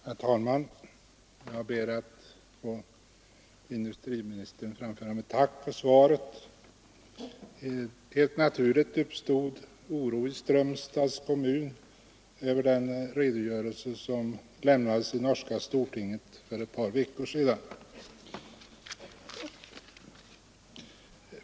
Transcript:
Herr talman! Jag ber att få tacka industriministern för svaret på min enkla fråga. Helt naturligt uppstod oro i Strömstads kommun över den redogörelse som lämnades i det norska stortinget för ett par veckor sedan.